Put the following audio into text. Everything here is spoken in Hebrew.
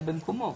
במקומו.